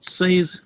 says